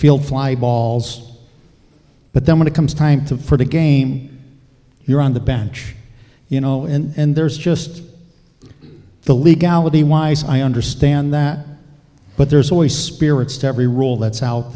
feel fly balls but then when it comes time for the game you're on the bench you know and there's just the legality wise i understand that but there's always spirits to every rule that's out